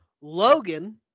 logan